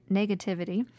negativity